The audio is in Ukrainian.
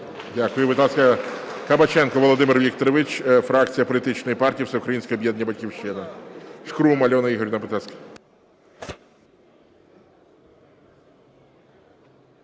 Дякую. Будь ласка, Кабаченко Володимир Вікторович, фракція політичної партії Всеукраїнське об'єднання "Батьківщина".